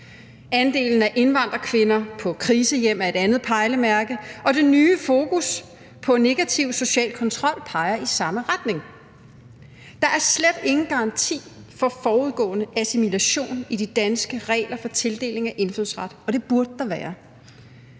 Andelen af indvandrerkvinder på krisehjem er et andet pejlemærke, og det nye fokus på negativ social kontrol peger i samme retning. Der er slet ingen garanti for forudgående assimilation i de danske regler for tildeling af indfødsret, og det burde der være.